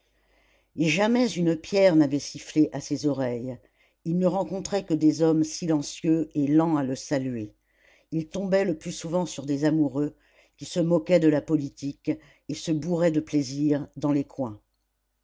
et jamais une pierre n'avait sifflé à ses oreilles il ne rencontrait que des hommes silencieux et lents à le saluer il tombait le plus souvent sur des amoureux qui se moquaient de la politique et se bourraient de plaisir dans les coins